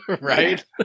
Right